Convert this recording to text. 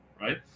right